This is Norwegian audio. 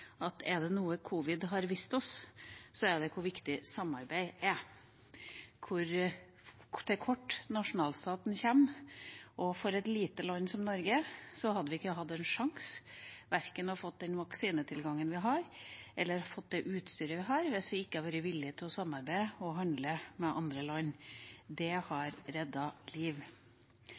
at er det noe covid har vist oss, så er det hvor viktig samarbeid er, hvor til kort nasjonalstaten kommer. For et lite land som Norge hadde vi ikke hatt en sjanse til verken å få den vaksinetilgangen vi har, eller å få det utstyret vi har, hvis vi ikke hadde vært villige til å samarbeide og handle med andre land. Det har reddet liv.